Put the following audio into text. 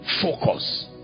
focus